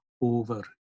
over